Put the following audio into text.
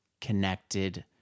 connected